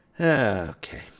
Okay